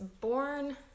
born